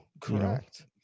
Correct